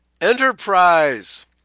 enterprise